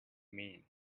mean